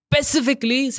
Specifically